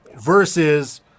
versus